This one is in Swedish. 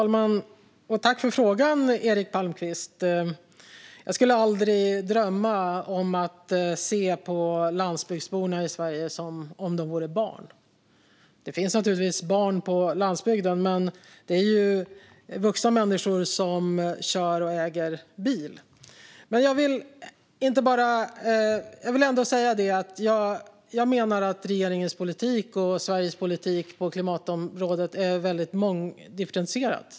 Fru talman! Tack för frågan, Eric Palmqvist! Jag skulle aldrig drömma om att se på landsbygdsborna i Sverige som om de vore barn. Det finns naturligtvis barn på landsbygden, men det är ju vuxna människor som kör och äger bil. Jag menar att regeringens och Sveriges politik på klimatområdet är väldigt differentierad.